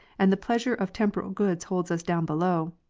and the pleasure of temporal good holds us down below,